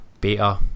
beta